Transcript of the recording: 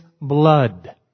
blood